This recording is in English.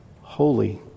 holy